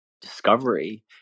discovery